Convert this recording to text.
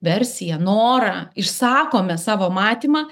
versiją norą išsakome savo matymą